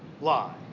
lie